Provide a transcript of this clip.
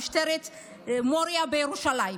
משטרת מוריה בירושלים.